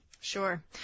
sure